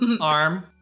arm